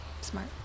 Smart